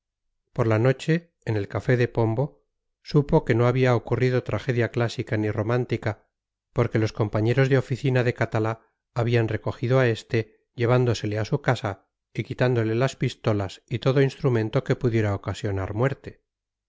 por la noche en el café de pombo supo que no había ocurrido tragedia clásica ni romántica porque los compañeros de oficina de catalá habían recogido a este llevándosele a su casa y quitándole las pistolas y todo instrumento que pudiera ocasionar muerte